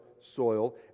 soil